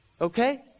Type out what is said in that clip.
okay